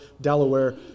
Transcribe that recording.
Delaware